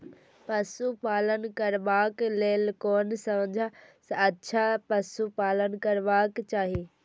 पशु पालन करबाक लेल कोन सबसँ अच्छा पशु पालन करबाक चाही?